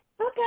Okay